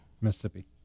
Mississippi